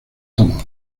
toman